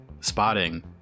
spotting